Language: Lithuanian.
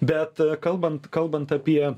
bet kalbant kalbant apie